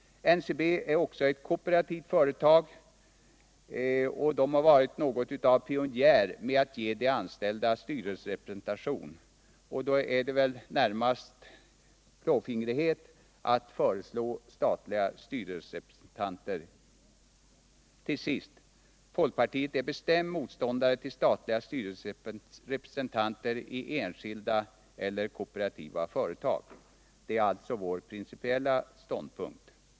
NCB är också ett kooperativt företag där man varit något av pionjär med att ge de anställda styrelserepresentation, och då är det väl närmast klåfingrighet att föreslå statliga styrelserepresentanter. Till sist: Folkpartiet är bestämd motståndare till statliga styrelserepresentanter i enskilda eller kooperativa företag. Det är alltså vår principiella ståndpunkt.